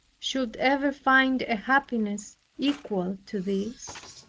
should ever find a happiness equal to this?